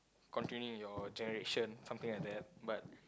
continue your generation something like that